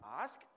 ask